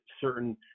certain